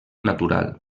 natural